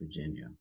Virginia